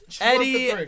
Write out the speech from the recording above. Eddie